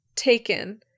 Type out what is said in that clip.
taken